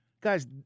Guys